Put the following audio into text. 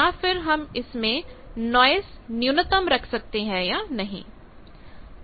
या फिर हम इसमें नाइस न्यूनतम रख सकते हैं या नहीं